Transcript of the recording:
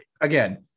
Again